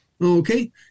okay